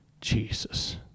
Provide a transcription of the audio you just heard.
Jesus